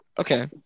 Okay